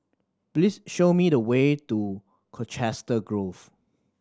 please show me the way to Colchester Grove